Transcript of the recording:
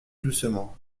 doucement